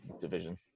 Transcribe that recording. division